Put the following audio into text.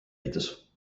ehitus